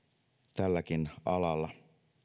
tälläkin alalla